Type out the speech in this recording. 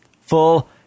full